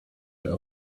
her